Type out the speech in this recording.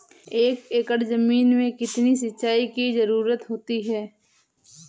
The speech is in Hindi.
एक एकड़ ज़मीन में कितनी सिंचाई की ज़रुरत होती है?